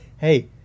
hey